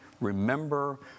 Remember